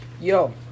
Yo